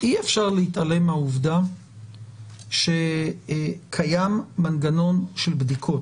- שאי אפשר להתעלם מהעובדה שקיים מגנון של בדיקות.